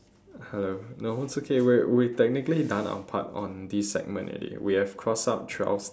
hello no it's okay we're we technically done our part on this segment already we have crossed out twelve